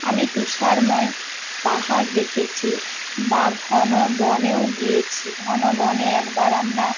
আমি তুষারময় পাহাড় দেখেছি বা ঘন বনেও গিয়েছি ঘন বনে একবার আমরা